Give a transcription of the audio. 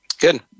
Good